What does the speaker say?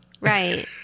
Right